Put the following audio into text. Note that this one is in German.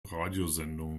radiosendungen